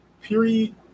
period